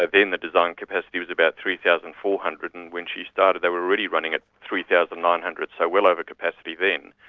then the design capacity was about three thousand four hundred and when she started they were already running at three thousand nine hundred, so well over capacity then.